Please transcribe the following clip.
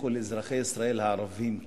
תבטיחו לאזרחי ישראל הערבים כאן,